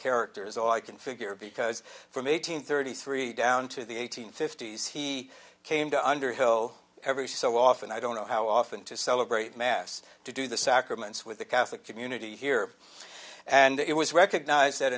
character is all i can figure because from eight hundred thirty three down to the eight hundred fifty s he came to underhill every so often i don't know how often to celebrate mass to do the sacraments with the catholic community here and it was recognised at